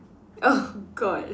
oh god